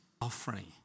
offering